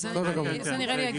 כן, זה נראה לי.